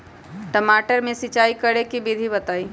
टमाटर में सिचाई करे के की विधि हई?